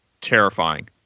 terrifying